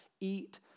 eat